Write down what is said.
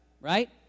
right